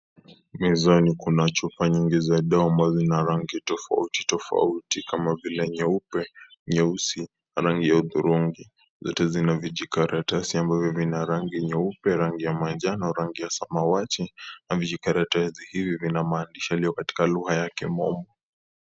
Mezani kuna chupa nyingi za dawa ambazo zina rangi tofauti tofauti, kama vile nyeupe nyeusi na rangi ya hudhurungi, zote zina vijikaratasi ambavyo vina rangi nyeupe rangi ya manjano rangi ya samawati na vijikaratasi hivi vina maandishi yaliyo katikaa katika lugha ya kimombo.